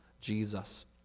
Jesus